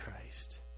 Christ